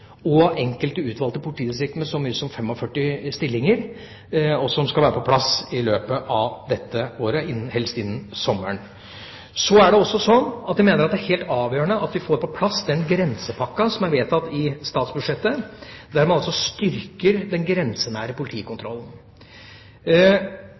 og enkelte utvalgte politidistrikter med så mye som 45 stillinger, som skal være på plass i løpet av dette året, helst innen sommeren. Jeg mener også det er helt avgjørende at vi får på plass den «grensepakke» som er vedtatt i statsbudsjettet, der man altså styrker den grensenære